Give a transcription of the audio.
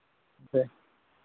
दे